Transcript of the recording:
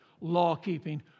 law-keeping